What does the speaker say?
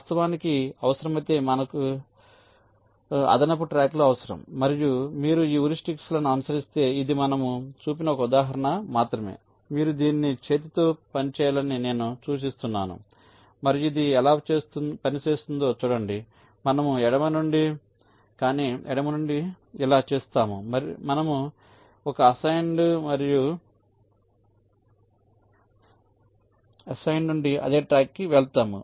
వాస్తవానికి అవసరమైతే మనకుక అదనపు ట్రాక్లు అవసరం మరియు మీరు ఈ హ్యూరిస్టిక్లను అనుసరిస్తే ఇది మనము చూసిన ఒక ఉదాహరణ మాత్రమే మీరు దీన్ని చేతితో పని చేయాలని నేను సూచిస్తున్నాను మరియు ఇది ఎలా పనిచేస్తుందో చూడండి మనము ఎడమ నుండి ఇలా చేస్తాము మనము ఒక అసైన్ నుండి అదే ట్రాక్కి వెళ్తాము